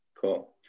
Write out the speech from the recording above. Cool